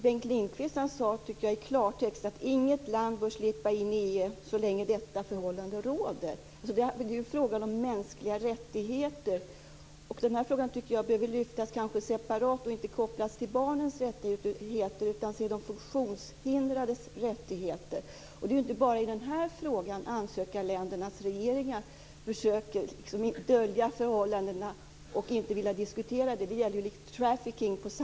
Bengt Lindqvist sade i klartext att inget land bör slippa in i EU så länge detta förhållande råder. Det är fråga om mänskliga rättigheter. Den här frågan kanske behöver lyftas fram separat och inte kopplas till barnens rättigheter utan till de funktionshindrades rättigheter. Det är inte bara i den här frågan ansökarländernas regeringar försöker dölja förhållandena och inte vill diskutera dem. På samma sätt är det med trafficking.